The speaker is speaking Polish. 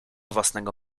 własnego